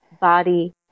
body